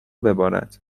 ببارد